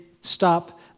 stop